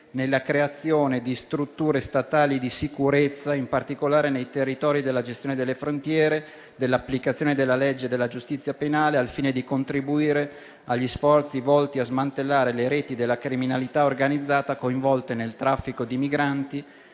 nella creazione di strutture statali di sicurezza, in particolare nei territori della gestione delle frontiere, dell'applicazione della legge e della giustizia penale, al fine di contribuire agli sforzi volti a smantellare le reti della criminalità organizzata coinvolte nel traffico di migranti,